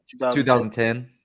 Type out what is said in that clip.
2010